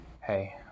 hey